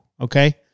okay